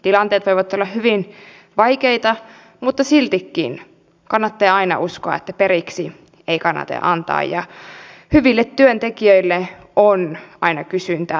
tilanteet voivat olla hyvin vaikeita mutta siltikin kannattaa aina uskoa että periksi ei kannata antaa ja hyville työntekijöille on aina kysyntää